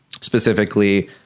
specifically